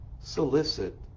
solicit